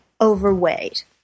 overweight